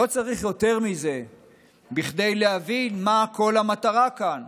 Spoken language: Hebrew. לא צריך יותר מזה בכדי להבין מה כל המטרה כאן